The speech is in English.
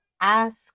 ask